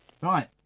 Right